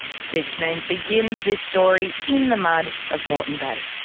steve cannane begins this story in the mud of moreton bay.